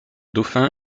dauphin